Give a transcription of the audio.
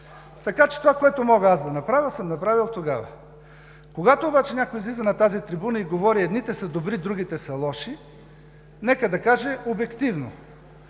Така че това, което мога аз да направя, съм направил тогава. Когато обаче някой излиза на тази трибуна и говори: „Едните са добри, другите са лоши“, нека да каже обективно,